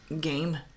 game